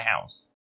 house